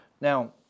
Now